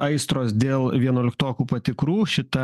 aistros dėl vienuoliktokų patikrų šita